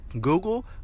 Google